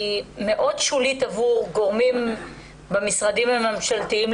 מאוד שולית עבור גורמים במשרדים הממשלתיים.